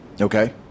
Okay